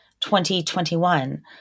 2021